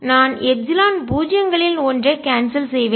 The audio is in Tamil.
நான் எப்சிலன் பூஜ்ஜியங்களின் ஒன்றை கான்செல் செய்வேன்